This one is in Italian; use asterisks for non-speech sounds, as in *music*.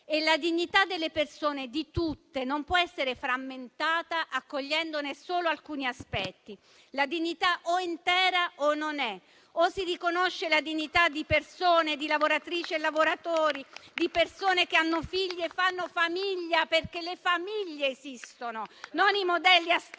La dignità delle persone, di tutte le persone, non può essere frammentata, accogliendone solo alcuni aspetti: la dignità o è intera o non c'è; o si riconosce la dignità di persone, *applause* di lavoratrici e lavoratori, di persone che hanno figli e fanno famiglia (perché esistono le famiglie, non i modelli astratti